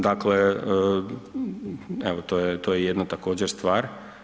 Dakle, evo to je jedna također stvar.